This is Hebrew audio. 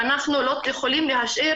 ואנחנו לא יכולים להשאיר